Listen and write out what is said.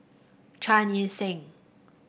Chan Chee Seng